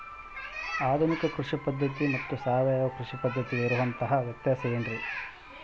ಆಧುನಿಕ ಕೃಷಿ ಪದ್ಧತಿ ಮತ್ತು ಸಾವಯವ ಕೃಷಿ ಪದ್ಧತಿಗೆ ಇರುವಂತಂಹ ವ್ಯತ್ಯಾಸ ಏನ್ರಿ?